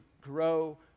grow